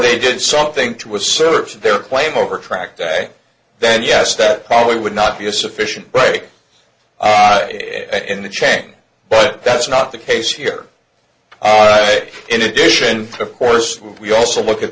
they did something to a search their claim over trackday then yes that probably would not be a sufficient break in the chain but that's not the case here in addition of course we also look at